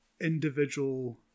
individual